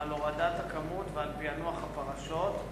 על הורדת הכמות ועל פענוח הפרשות,